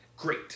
Great